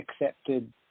accepted